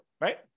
right